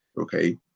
okay